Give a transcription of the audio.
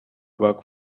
work